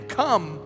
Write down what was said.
come